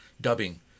Dubbing